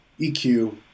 EQ